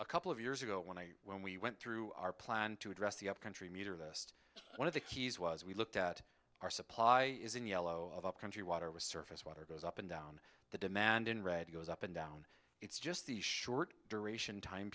a couple of years ago when i when we went through our plan to address the upcountry meter this one of the keys was we looked at our supply is in yellow country water with surface water goes up and down the demand in red goes up and down it's just the short duration time